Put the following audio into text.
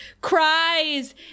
cries